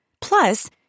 Plus